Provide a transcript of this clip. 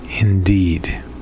indeed